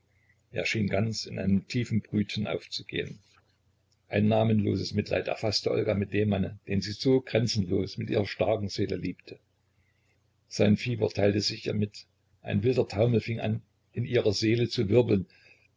schien ganz in einem tiefen brüten aufzugehen ein namenloses mitleid erfaßte olga mit dem manne den sie so grenzenlos mit ihrer starken seele liebte sein fieber teilte sich ihr mit ein wilder taumel fing an in ihrer seele zu wirbeln